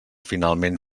finalment